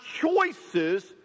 choices